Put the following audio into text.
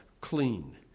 clean